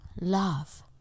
love